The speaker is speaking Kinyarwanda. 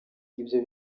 ibyo